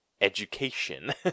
education